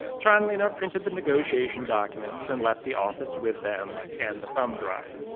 chanlina printed the negotiation documents and left the office with them and the thumb drive.